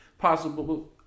possible